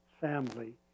family